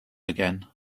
again